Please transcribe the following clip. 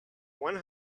one